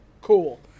Cool